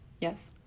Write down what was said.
Yes